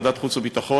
ועדת החוץ והביטחון,